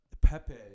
Pepe